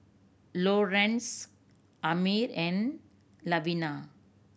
Lorenz Amir and Lavina